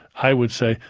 i would say,